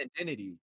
identity